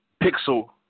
pixel